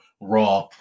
raw